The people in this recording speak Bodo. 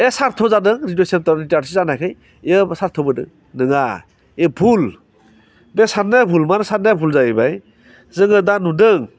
ए सार्थ जादों नङा बे भुल बे साननायआ भुल मानो सान्नायआ भुल जाहैबाय जोङो दा नुदों